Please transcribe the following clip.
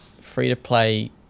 free-to-play